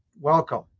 welcome